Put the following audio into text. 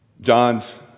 John's